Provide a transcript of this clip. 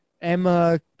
Emma